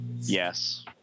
Yes